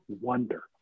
wonder